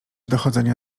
dochodzenia